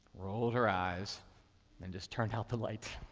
rolled her eyes and just turned out the light.